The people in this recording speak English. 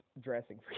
dressing